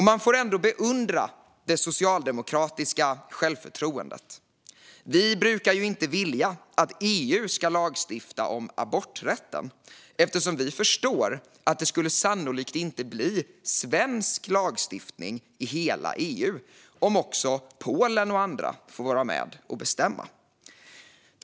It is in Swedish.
Man får ändå beundra det socialdemokratiska självförtroendet. Vi brukar inte vilja att EU ska lagstifta om aborträtten, eftersom vi förstår att det sannolikt inte skulle bli svensk lagstiftning i hela EU om också Polen och andra får vara med och bestämma.